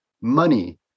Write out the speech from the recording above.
money